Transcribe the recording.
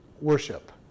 worship